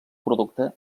producte